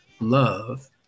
Love